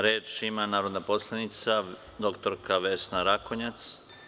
Reč ima narodna poslanica dr Vesna Rakonjac.